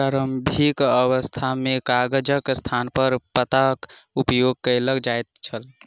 प्रारंभिक अवस्था मे कागजक स्थानपर पातक उपयोग कयल जाइत छल